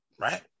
Right